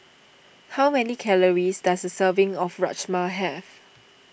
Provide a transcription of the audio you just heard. how many calories does a serving of Rajma have